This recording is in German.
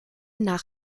nach